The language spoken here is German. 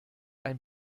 ein